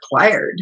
required